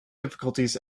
difficulties